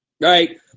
Right